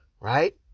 right